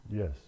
Yes